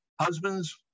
husbands